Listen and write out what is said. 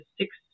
six